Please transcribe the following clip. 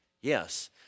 yes